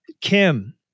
Kim